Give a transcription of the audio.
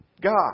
God